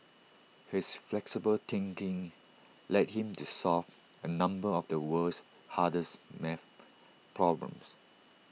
his flexible thinking led him to solve A number of the world's hardest math problems